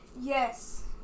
Yes